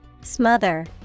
smother